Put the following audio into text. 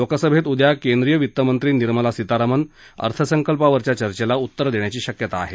लोकसभेत उद्या केंद्रीय वित्तमंत्री निर्मला सीतारामन अर्थसंकल्पावरील चर्चेला उत्तर देण्याची शक्यता आहे